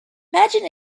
imagine